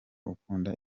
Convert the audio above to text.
ukunda